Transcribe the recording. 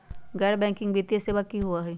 गैर बैकिंग वित्तीय सेवा की होअ हई?